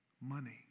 money